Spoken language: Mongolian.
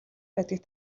байдгийг